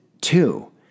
Two